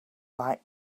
like